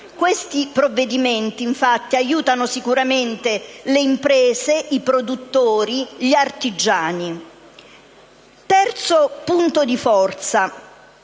Questi provvedimenti, infatti, aiuteranno sicuramente le imprese, i produttori e gli artigiani. Il terzo punto di forza